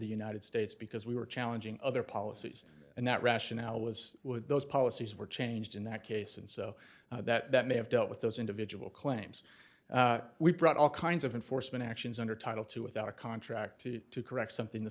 the united states because we were challenging other policies and that rationale was with those policies were changed in that case and so that may have dealt with those individual claims we brought all kinds of enforcement actions under title two without a contract to correct something the